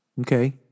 Okay